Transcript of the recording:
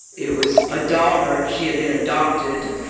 it was a daughter, she'd been adopted,